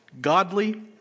Godly